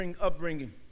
upbringing